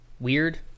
weird